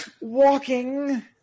walking